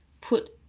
put